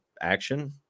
action